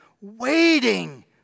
Waiting